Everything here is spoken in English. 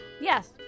Yes